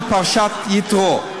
בפרשת השבוע שעבר, קראנו את פרשת יתרו.